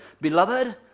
Beloved